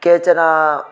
केचन